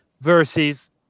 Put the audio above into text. versus